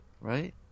Right